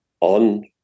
on